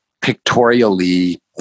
pictorially